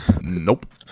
Nope